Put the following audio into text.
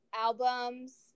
albums